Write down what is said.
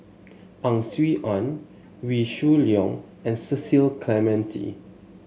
Ang Swee Aun Wee Shoo Leong and Cecil Clementi